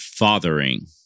Fathering